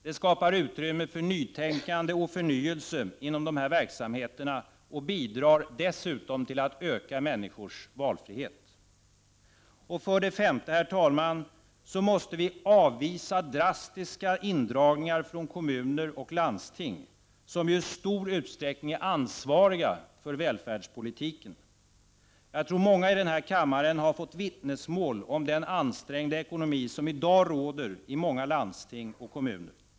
Det skapar utrymme för nytänkande och förnyelse inom dessa verksamheter och bidrar dessutom till att öka människors valfrihet. För det femte måste vi avvisa drastiska indragningar från kommuner och landsting, som ju i stor utsträckning är ansvariga för välfärdspolitiken. Jag tror många i denna kammare har fått vittnesmål om den ansträngda ekonomi som i dag råder i många landsting och kommuner.